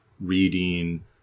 reading